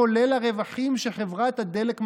כולל הרווחים שחברת הדלק מרוויחה.